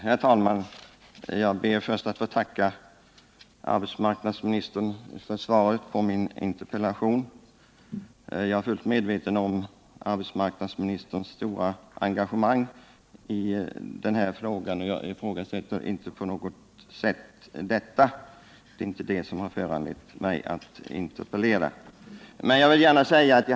Herr talman! Jag ber att först få tacka arbetsmarknadsministern för svaret på min interpellation. Jag är fullt medveten om arbetsmarknadsministerns stora engagemang i den här frågan, och jag ifrågasätter inte detta på något sätt — det är således inte det som föranlett mig att interpellera.